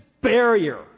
barrier